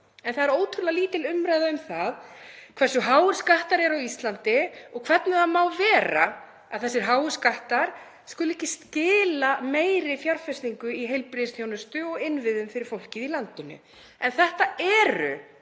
En það er ótrúlega lítil umræða um það hversu háir skattar eru á Íslandi og hvernig það má vera að þessir háu skattar skuli ekki skila meiri fjárfestingu í heilbrigðisþjónustu og innviðum fyrir fólkið í landinu. En þetta eru